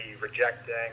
rejecting